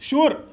Sure